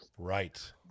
Right